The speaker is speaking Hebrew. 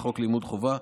49. חוק לימוד חובה,